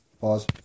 Pause